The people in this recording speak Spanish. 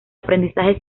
aprendizaje